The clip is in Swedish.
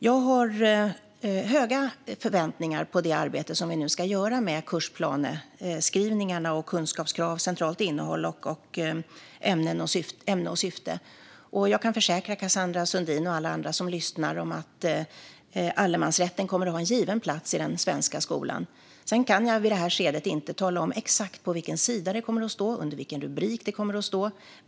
Jag har höga förväntningar på det arbete som vi nu ska göra med kursplaneskrivningar, kunskapskrav, centralt innehåll, ämne och syfte. Och jag kan försäkra Cassandra Sundin och alla andra som lyssnar om att allemansrätten kommer att ha en given plats i den svenska skolan. Sedan kan jag inte i det här skedet tala om exakt på vilken sida och under vilken rubrik det kommer att stå.